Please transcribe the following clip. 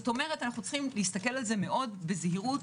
כלומר יש להסתכל על זה מאוד בזהירות,